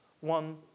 one